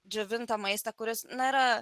džiovintą maistą kuris na yra